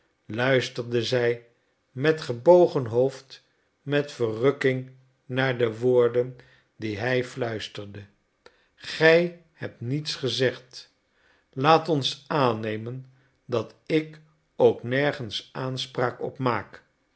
luisterde zij met gebogen hoofd met verrukking naar de woorden die hij fluisterde gij hebt niets gezegd laat ons aannemen dat ik ook nergens aanspraak op maak